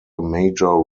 major